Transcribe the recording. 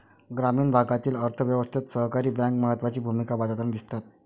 ग्रामीण भागातील अर्थ व्यवस्थेत सहकारी बँका महत्त्वाची भूमिका बजावताना दिसतात